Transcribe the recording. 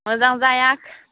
मोजां जाया